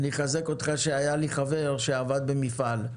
אני אחזק אותך שהיה לי חבר שעבד במפעל.